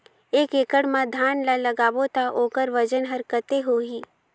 एक एकड़ मा धान ला लगाबो ता ओकर वजन हर कते होही?